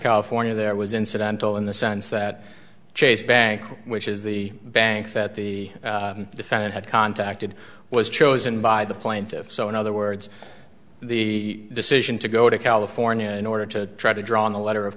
california there was incidental in the sense that chase bank which is the bank that the defendant had contacted was chosen by the plaintiffs so in other words the decision to go to california in order to try to draw on the letter of